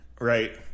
right